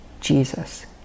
Jesus